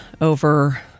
over